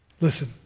Listen